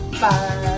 Bye